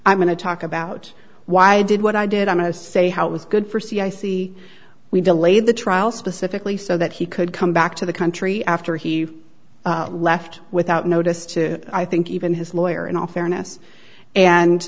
i'm going to talk about why i did what i did i'm going to say how it was good for c i c we delayed the trial specifically so that he could come back to the country after he left without notice to i think even his lawyer in all fairness and